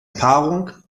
paarung